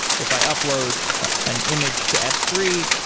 if i upload an image to s three,